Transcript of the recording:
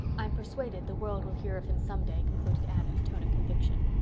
i'm persuaded the world will hear of him some day, concluded anne in a tone of conviction.